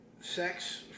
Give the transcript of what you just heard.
Sex